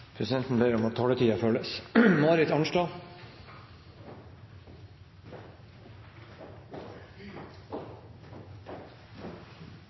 Presidenten ber om at